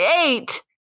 Eight